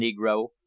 negro